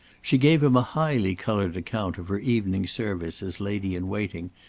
she gave him a highly-coloured account of her evening's service as lady-in-waiting,